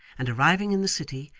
and arriving in the city,